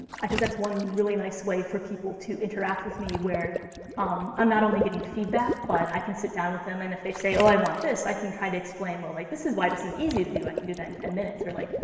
i think that's one really nice way for people to interact with me, where um i'm not only getting feedback, but i can sit down with them. and if they say, oh, i want this, i can try to explain, like, this is why this is easy to do. i can do that in ten minutes. or like,